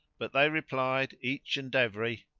but they replied, each and every,